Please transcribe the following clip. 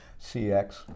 CX